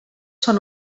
són